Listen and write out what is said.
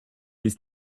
ist